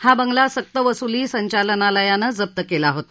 हा बंगला सक्तवसुली संचालनालयानं जप्त केला होता